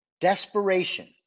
Desperation